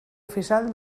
oficial